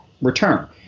return